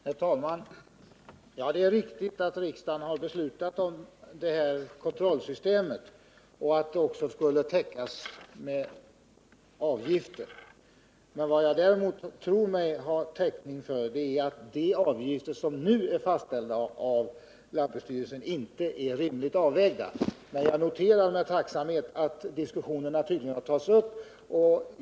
Torsdagen den Herr talman! Ja, det är riktigt att riksdagen har beslutat om kontrollsys 7 december 1978 !emet och att kostnaderna för det skulle täckas med avgifter. Vad jag däremot tror mig ha täckning för är påståendet att de avgifter som nu är fastställda av lantbruksstyrelsen inte är rimligt avvägda, men jag noterar med tacksamhet att diskussioner tydligen har tagits upp.